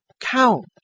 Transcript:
Count